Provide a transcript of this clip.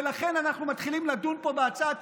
ולכן אנחנו מתחילים לדון פה בהצעת